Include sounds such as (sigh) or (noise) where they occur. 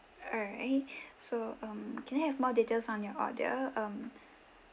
(noise) alright so um can I have more details on your order um